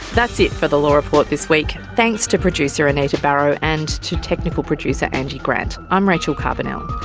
that's it for the law report this week. and thanks to producer anita barraud and to technical producer angie grant. i'm rachel carbonell